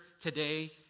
today